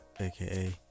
aka